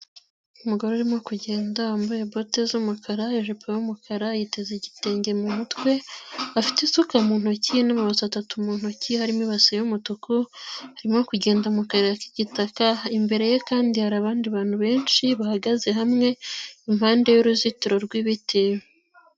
Umugore urimo kugenda wambaye bote z'umukara, ijipo y'umukara, yiteze igitenge mu mutwe, afite isuka mu ntoki n'amabase atatu mu ntoki, harimo ibase y'umutuku, arimo kugenda mu kayira k'igitaka, imbere ye kandi hari abandi bantu benshi bahagaze hamwe impande y'uruzitiro rw'ibiti.